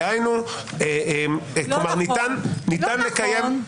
לא נכון.